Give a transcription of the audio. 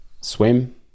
swim